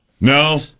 No